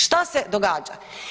Šta se događa?